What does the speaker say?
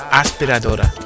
aspiradora